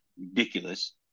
ridiculous